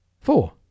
four